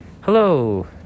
hello